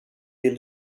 vill